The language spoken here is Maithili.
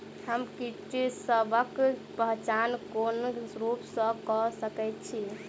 हम कीटसबक पहचान कोन रूप सँ क सके छी?